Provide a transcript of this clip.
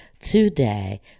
today